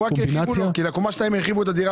כי לקומה 2 הרחיבו את הדירה.